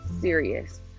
serious